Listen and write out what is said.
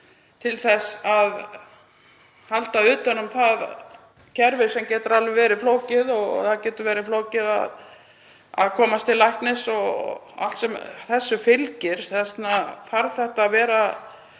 til þess að halda utan um það kerfi sem getur alveg verið flókið og það getur verið flókið að komast til læknis og allt sem þessu fylgir. Þess vegna þarf þetta að vera